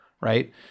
right